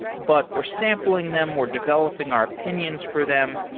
but we're sampling them. we're developing our opinions for them.